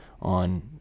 on